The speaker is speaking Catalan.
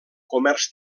comerç